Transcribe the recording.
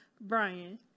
Brian